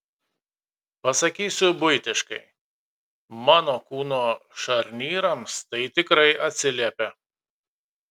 pasakysiu buitiškai mano kūno šarnyrams tai tikrai atsiliepia